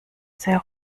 sehr